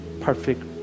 perfect